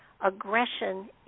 aggression